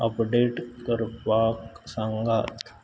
update करपाक सांगात